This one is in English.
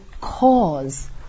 cause